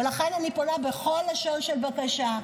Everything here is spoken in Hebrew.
לכן אני פונה בכל לשון של בקשה,